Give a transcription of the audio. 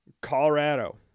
colorado